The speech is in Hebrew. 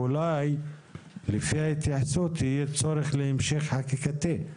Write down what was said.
אולי לפי ההתייחסות יהיה צורך להמשך חקיקתי,